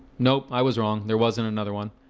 nope i was wrong there wasn't another one.